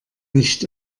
nicht